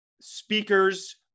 speakers